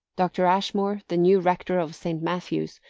dr. ashmore, the new rector of st. matthew's,